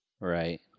Right